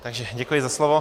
Takže děkuji za slovo.